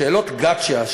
שאלות gotcha,